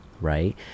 right